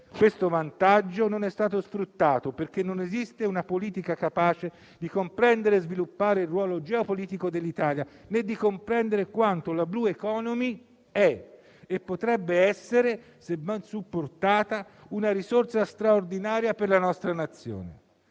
questo vantaggio non è stato sfruttato, perché non esiste una politica capace di comprendere e sviluppare il ruolo geopolitico dell'Italia, né di comprendere quanto la *blue economy* è e potrebbe essere, se ben supportata, una risorsa straordinaria per la nostra nazione.